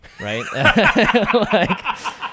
right